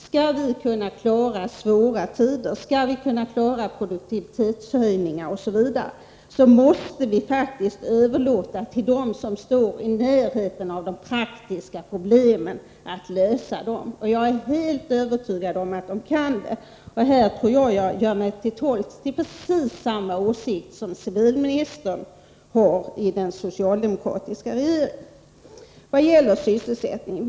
Skall vi kunna klara svåra tider, skall vi kunna åstadkomma produktivitetshöjningar osv., måste vi faktiskt överlåta till dem som står i närheten av de praktiska problemen att lösa dem. Jag är helt övertygad om att kommunalpolitikerna kan det. Jag gör mig till tolk för precis samma åsikt som civilministern har gett uttryck för i den socialdemokratiska regeringen. Så till sysselsättningen.